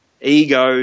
ego